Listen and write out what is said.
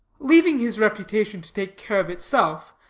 leaving his reputation to take care of itself,